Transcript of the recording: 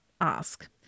ask